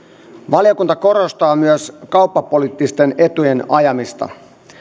valiokunta korostaa myös kauppapoliittisten etujen ajamista